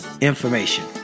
information